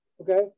Okay